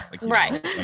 right